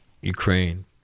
Ukraine